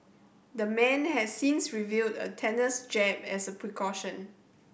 the man has since reviewed a tetanus jab as a precaution